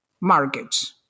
markets